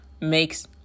makes